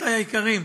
רבותי היקרים,